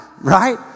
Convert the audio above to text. right